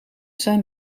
zijn